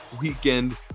weekend